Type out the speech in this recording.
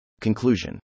Conclusion